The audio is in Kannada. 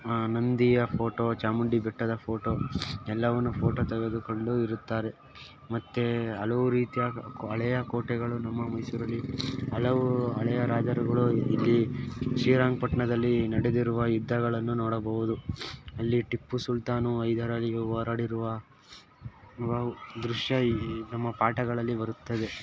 ನಂದಿಯ ಫೋಟೋ ಚಾಮುಂಡಿ ಬೆಟ್ಟದ ಫೋಟೋ ಎಲ್ಲವನ್ನು ಫೋಟೊ ತೆಗೆದುಕೊಂಡು ಇರುತ್ತಾರೆ ಮತ್ತೆ ಹಲವು ರೀತಿಯ ಹಳೆಯ ಕೋಟೆಗಳು ನಮ್ಮ ಮೈಸೂರಲ್ಲಿ ಹಲವೂ ಹಳೆಯ ರಾಜರುಗಳು ಇಲ್ಲಿ ಶ್ರೀರಂಗ ಪಟ್ಟಣದಲ್ಲಿ ನಡೆದಿರುವ ಯುದ್ಧಗಳನ್ನು ನೋಡಬೌದು ಅಲ್ಲಿ ಟಿಪ್ಪು ಸುಲ್ತಾನ್ ಹೈದಾರಾಲಿಯು ಹೋರಾಡಿರುವ ದೃಶ್ಯ ಈ ನಮ್ಮ ಪಾಠಗಳಲ್ಲಿ ಬರುತ್ತದೆ